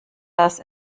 das